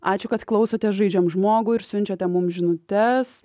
ačiū kad klausote žaidžiam žmogų ir siunčiate mum žinutes